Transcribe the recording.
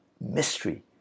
mystery